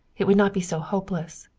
it would not be so hopeless.